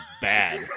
bad